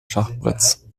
schachbretts